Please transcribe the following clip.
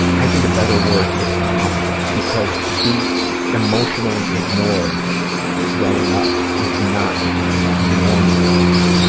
i think a better word is common. because to be emotionally ignored growing up is not normal it's co,